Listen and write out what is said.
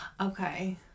Okay